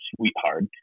Sweetheart